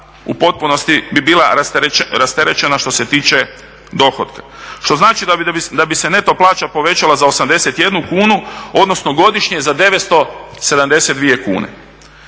u potpunosti bila rasterećena što se tiče dohotka, što znači da bi se neto plaća povećala za 81 kunu odnosno godišnje za 972 kune.